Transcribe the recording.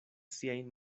siajn